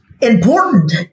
Important